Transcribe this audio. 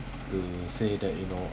they say that you know